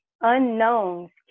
unknowns